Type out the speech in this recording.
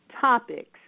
topics